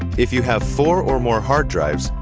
if you have four or more hard drives,